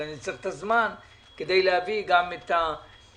אני צריך את הזמן כדי להביא גם את הוועדה